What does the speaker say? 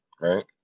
right